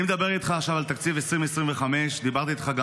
אני מדבר איתך עכשיו על תקציב 2025. דיברתי איתך גם